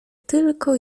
tylko